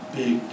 big